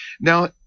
Now